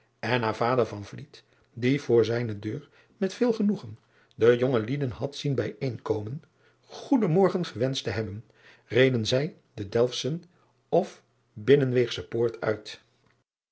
en na vader die voor zijne deur met veel genoegen de jonge lieden had zien bijeenkomen goeden morgen gewenscht te hebben reden zij de elfshavensche of innenweegsche poort uit